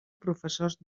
professors